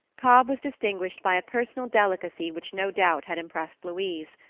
cobb was distinguished by a personal delicacy which no doubt had impressed louise,